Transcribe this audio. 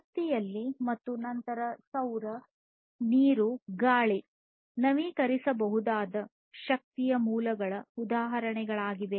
ಶಕ್ತಿಯಲ್ಲಿ ಸೌರ ನೀರು ಗಾಳಿ ನವೀಕರಿಸಬಹುದಾದ ಶಕ್ತಿಯ ಮೂಲಗಳ ಉದಾಹರಣೆಗಳಾಗಿವೆ